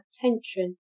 tension